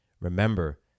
Remember